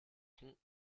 con